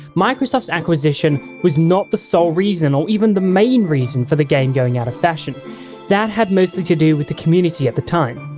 microsoft's acquisition was not the so sole or even the main reason for the game going out of fashion that had mostly to do with the community at the time.